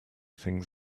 things